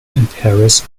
paris